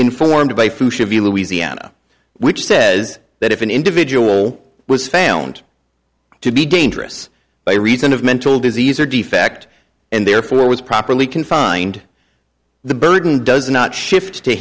should be louisiana which says that if an individual was found to be dangerous by reason of mental disease or defect and therefore was properly confined the burden does not shift to